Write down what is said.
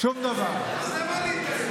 אז למה להתערב?